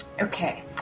Okay